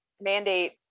mandate